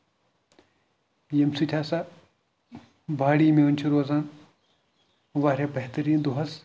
ییٚمہِ سۭتۍ ہسا باڑی میٲنۍ چھِ روزان واریاہ بہتریٖن دۄہس